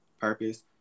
purpose